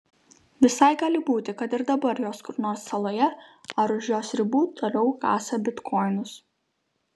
visai gali būti kad ir dabar jos kur nors saloje ar už jos ribų toliau kasa bitkoinus